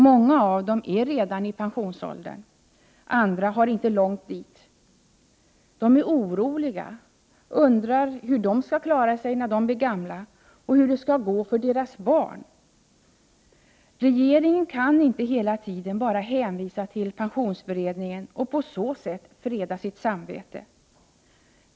Många av dem är redan i pensionsåldern, andra har inte långt dit. De är oroliga, undrar hur de skall klara sig när de blir gamla och hur det skall gå för deras barn. Regeringen kan inte hela tiden bara hänvisa till pensionsberedningen och på så sätt freda sitt samvete.